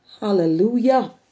hallelujah